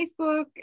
Facebook